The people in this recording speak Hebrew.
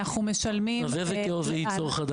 אנחנו משלמים -- אז איזה כאוס חדש זה ייצור?